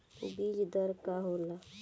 बीज दर का होला?